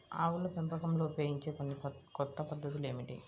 ఆవుల పెంపకంలో ఉపయోగించే కొన్ని కొత్త పద్ధతులు ఏమిటీ?